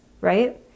right